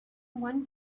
one